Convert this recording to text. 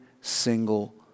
single